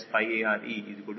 04 ಎಂದು ಊಹಿಸಿಕೊಳ್ಳುತ್ತೇನೆ